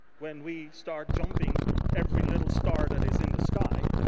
when we start jumping from every little star that is in the sky.